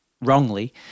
wrongly